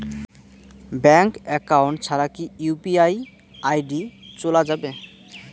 Bank account ছাড়া কি UPI ID চোলা যাবে?